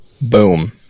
Boom